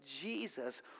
Jesus